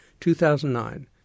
2009